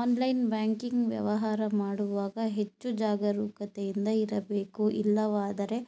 online banking ವ್ಯವಹಾರ ಮಾಡುವಾಗ ಹೆಚ್ಚು ಜಾಗರೂಕತೆಯಿಂದ ಇರಬೇಕು ಇಲ್ಲವಾದರೆ